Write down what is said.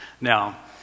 Now